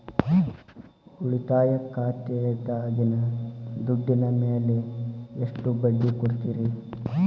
ಉಳಿತಾಯ ಖಾತೆದಾಗಿನ ದುಡ್ಡಿನ ಮ್ಯಾಲೆ ಎಷ್ಟ ಬಡ್ಡಿ ಕೊಡ್ತಿರಿ?